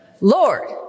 Lord